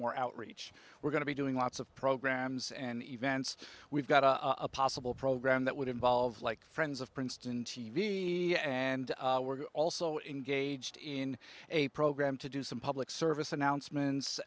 more outreach we're going to be doing lots of programs and events we've got a possible program that would involve like friends of princeton t v and we're also engaged in a program to do some public service announcements